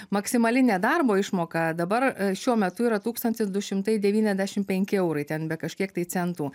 maksimali nedarbo išmoka dabar šiuo metu yra tūkstantis du šimtai devyniasdešim penki eurai ten bet kažkiek tai centų